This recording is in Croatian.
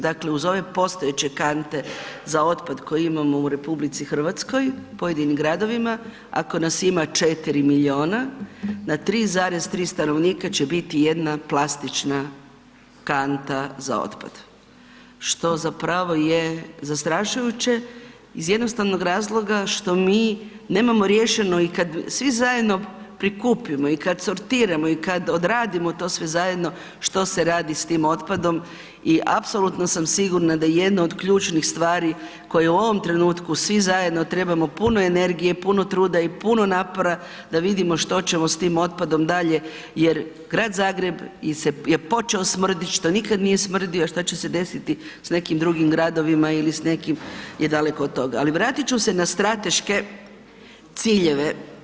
Dakle uz ove postojeće kante za otpad koje imamo u RH u pojedinim gradovima, ako nas ima 4 milijuna na 3,3 stanovnika će biti jedna plastična kanta za otpad što zapravo je zastrašujuće iz jednostavnog razloga što mi nemamo riješeno i kada svi zajedno prikupimo i kada sortiramo i kad odradimo to sve zajedno što se radi s tim otpadom i apsolutno sam sigurna da jedno od ključnih stvari koje u ovom trenutku svi zajedno trebamo puno energije, puno truda i puno napora da vidimo što ćemo sa tim otpadom dalje jer grad Zagreb je počeo smrdit što nikad nije smrdio što će se desiti sa nekim drugim gradovima ili sa nekim je daleko od toga ali vratit ću se na strateške ciljeve.